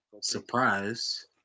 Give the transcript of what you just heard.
Surprise